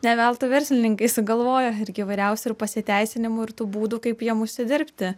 ne veltui verslininkai sugalvoja irgi įvairiausių ir pasiteisinimų ir tų būdų kaip jiem užsidirbti